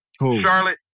Charlotte